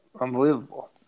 Unbelievable